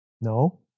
No